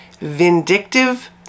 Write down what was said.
vindictive